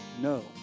no